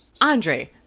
Andre